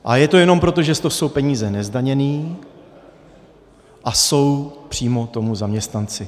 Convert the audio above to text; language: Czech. A je to jenom proto, že to jsou peníze nezdaněné a jsou přímo tomu zaměstnanci.